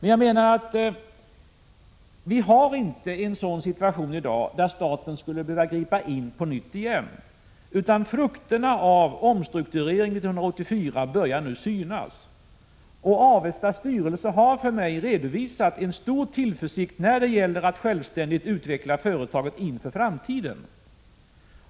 Enligt min uppfattning har vi inte i dag en situation där staten skulle 55 behöva gripa in på nytt. Frukterna av omstruktureringen 1984 börjar nu synas. Avestas styrelse har för mig redovisat en stor tillförsikt när det gäller att självständigt utveckla företaget inför framtiden.